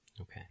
okay